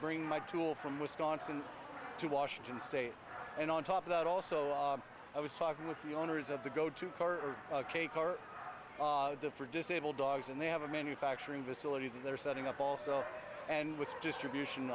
bringing my tool from wisconsin to washington state and on top of that also i was talking with the owners of the go to car ok car the for disabled dogs and they have a manufacturing facility that they're setting up also and with distribution